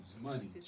money